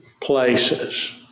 places